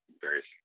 various